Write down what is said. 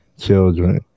children